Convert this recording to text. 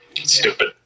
Stupid